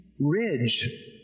Ridge